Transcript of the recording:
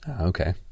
Okay